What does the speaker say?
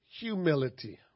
Humility